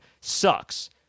sucks